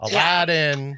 Aladdin